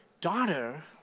daughter